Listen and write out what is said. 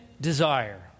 desire